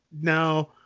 now